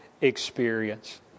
experience